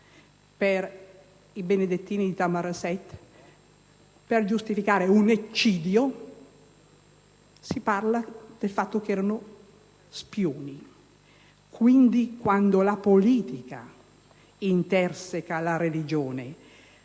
per i benedettini di Tamaraset, per giustificare un eccidio, si disse che erano spie. Quindi, quando la politica interseca la religione